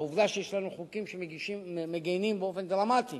העובדה שיש לנו חוקים שמגינים באופן דרמטי